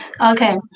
Okay